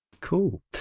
Cool